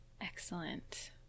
Excellent